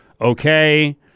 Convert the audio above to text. okay